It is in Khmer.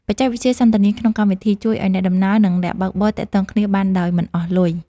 បច្ចេកវិទ្យាសន្ទនាក្នុងកម្មវិធី ជួយឱ្យអ្នកដំណើរ និងអ្នកបើកបរទាក់ទងគ្នាបានដោយមិនអស់លុយ។